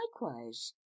likewise